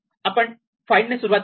आपण फाईंड ने सुरुवात करतो